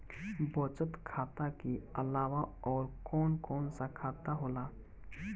बचत खाता कि अलावा और कौन कौन सा खाता होला?